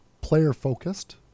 player-focused